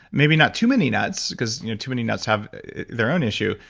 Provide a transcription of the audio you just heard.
maybe not too many nuts, because you know too many nuts have their own issue,